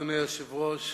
אדוני היושב-ראש,